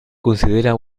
considera